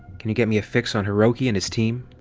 can you get me a fix on hiroki and his team?